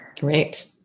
Great